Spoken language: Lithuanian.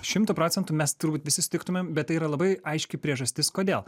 šimtu procentų mes turbūt visi sutiktumėm bet tai yra labai aiški priežastis kodėl